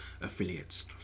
affiliates